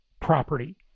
property